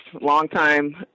longtime